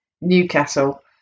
Newcastle